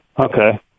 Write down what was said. Okay